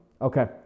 okay